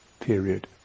period